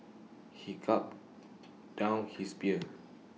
he gulped down his beer